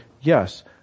yes